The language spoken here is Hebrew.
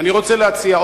ואני רוצה להציע,